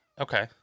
Okay